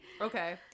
Okay